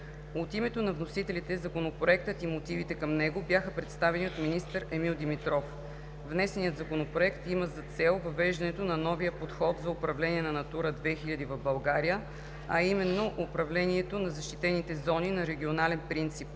От името на вносителите Законопроектът и мотивите към него бяха представени от министър Емил Димитров. Внесеният законопроект има за цел въвеждането на новия подход за управление на „Натура 2000“ в България, а именно управлението на защитените зони на регионален принцип